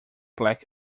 black